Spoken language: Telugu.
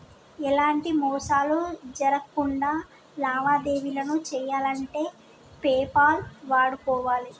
ఎలాంటి మోసాలు జరక్కుండా లావాదేవీలను చెయ్యాలంటే పేపాల్ వాడుకోవాలే